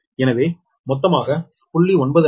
எனவே மொத்தமாக 0